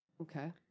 Okay